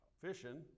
fishing